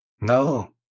No